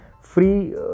free